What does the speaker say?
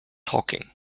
talking